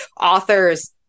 authors